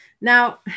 Now